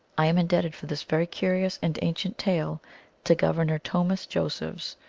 i am indebted for this very curious and ancient tale to governor tomah josephs,